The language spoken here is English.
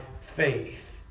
faith